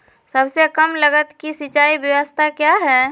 सबसे कम लगत की सिंचाई ब्यास्ता क्या है?